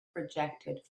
projected